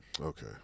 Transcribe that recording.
Okay